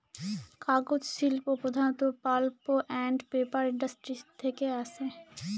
কাগজ শিল্প প্রধানত পাল্প আন্ড পেপার ইন্ডাস্ট্রি থেকে আসে